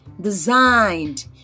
designed